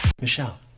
Michelle